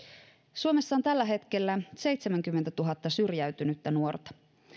suomessa on tällä hetkellä seitsemänkymmentätuhatta syrjäytynyttä nuorta